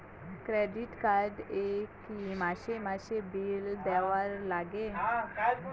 Credit card এ কি মাসে মাসে বিল দেওয়ার লাগে?